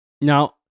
Now